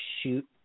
shoot